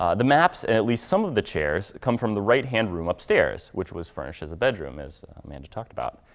ah the maps and at least some of the chairs come from the right hand room upstairs, which was furnished as a bedroom, as amanda talked about.